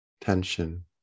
tension